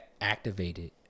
activated